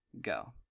Go